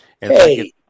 Hey